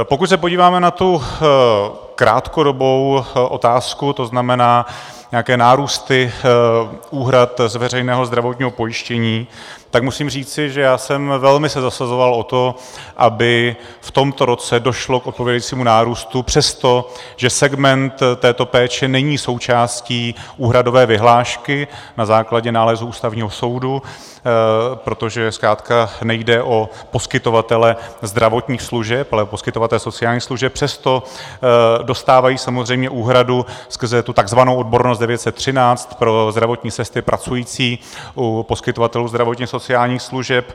Pokud se podíváme na tu krátkodobou otázku, to znamená nějaké nárůsty úhrad z veřejného zdravotního pojištění, tak musím říci, že já jsem velmi se zasazoval o to, aby v tomto roce došlo k odpovídajícímu nárůstu přesto, že segment této péče není součástí úhradové vyhlášky na základě nálezu Ústavního soudu, protože zkrátka nejde o poskytovatele zdravotních služeb, ale poskytovatele sociálních služeb, přesto dostávají samozřejmě úhradu skrze tu tzv. odbornost 913 pro zdravotní sestry pracující u poskytovatelů zdravotněsociálních služeb.